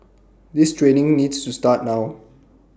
this training needs to start now